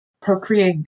procreate